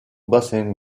bassin